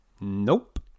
Nope